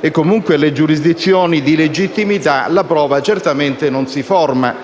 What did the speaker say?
e nelle giurisdizioni di legittimità, la prova certamente non si forma.